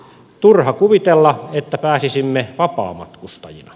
turha kuvitella että pääsisimme vapaamatkustajina